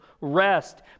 rest